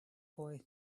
boy